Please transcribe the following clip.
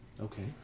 Okay